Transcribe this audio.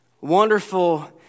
Wonderful